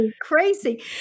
Crazy